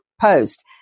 Post